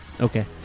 Okay